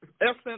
essence